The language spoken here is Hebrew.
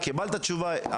קיבלת תשובה,